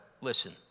listen